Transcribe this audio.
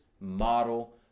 model